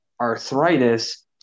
arthritis